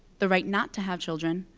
the right not to have children,